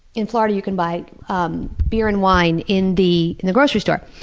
in florida you can buy um beer and wine in the the grocery store,